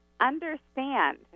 understand